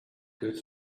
good